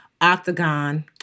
octagon